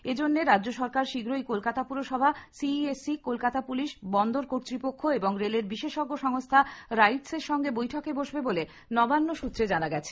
এজন্যে রাজ্য সরকার শীঘ্রই কলকাতা পুরসভা সিইএসসি কলকাতা পুলিশ বন্দর কর্তৃপক্ষ এবং রেলের বিশেষজ্ঞ সংস্থা রাইটসের সঙ্গে বৈঠকে বসবে বলে নবান্ন সূত্রে জানা গিয়েছে